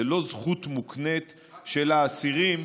זו לא זכות מוקנית של האסירים,